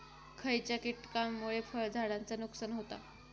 खयच्या किटकांमुळे फळझाडांचा नुकसान होता?